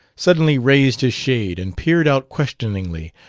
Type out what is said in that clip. suddenly raised his shade and peered out questioningly,